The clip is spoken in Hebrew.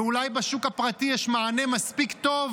ואולי בשוק הפרטי יש מענה מספיק טוב